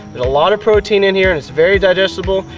a lot of protein in here, and its very digestible,